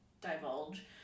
divulge